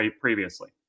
previously